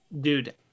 Dude